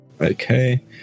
Okay